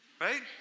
right